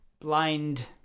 Blind